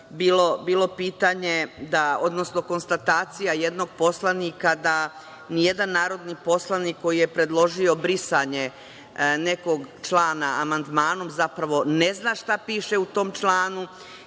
bilo pitanje, odnosno konstatacija jednog poslanika da ni jedan narodni poslanik koji je predložio brisanje nekog člana amandmanom zapravo ne zna šta piše u tom članu